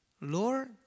Lord